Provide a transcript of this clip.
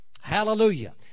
Hallelujah